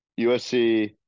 USC